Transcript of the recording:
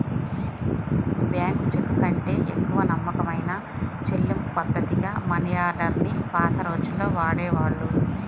bank చెక్కుకంటే ఎక్కువ నమ్మకమైన చెల్లింపుపద్ధతిగా మనియార్డర్ ని పాత రోజుల్లో వాడేవాళ్ళు